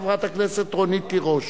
חברת הכנסת רונית תירוש.